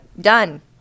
done